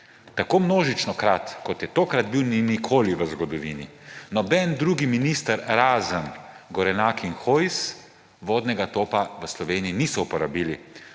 Tako množičnokrat, kot je tokrat bil, ni nikoli v zgodovini, noben drug minister, razen Gorenak in Hojs, vodnega topa v Sloveniji ni uporabil.